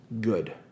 good